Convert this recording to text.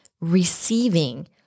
receiving